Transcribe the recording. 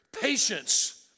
patience